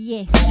Yes